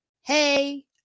hey